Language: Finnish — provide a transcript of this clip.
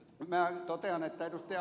minä totean että ed